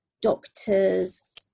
doctors